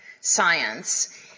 science